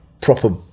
proper